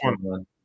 one